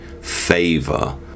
favor